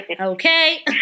okay